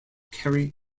carry